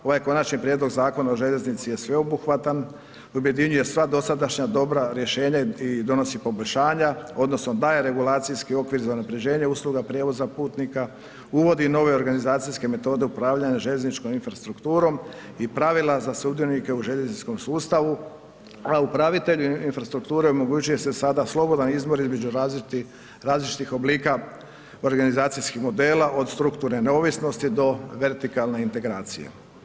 Ovaj Konačni prijedlog Zakona o željeznici je sveobuhvatan i objedinjuje sva dosadašnja dobra rješenja i donosi poboljšanja, odnosno daje regulacijski okvir za unaprjeđenje usluge prijevoza putnika, uvodi nove organizacijske metode upravljanja željezničkom infrastrukturom i pravila za sudionike u željezničkog sustavu, a upravitelju infrastrukture omogućuje se sada slobodan izbor između različitih oblika organizacijskih modela, od strukturne neovisnosti do vertikalne integracije.